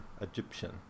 Egyptian